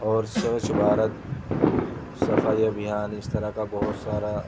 اور سوچھ بھارت صفائی ابھیان اس طرح کا بہت سارا